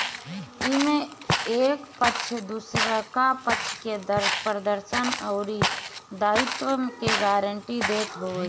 एमे एक पक्ष दुसरका पक्ष के प्रदर्शन अउरी दायित्व के गारंटी देत हवे